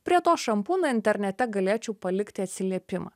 prie to šampūno internete galėčiau palikti atsiliepimą